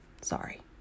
Sorry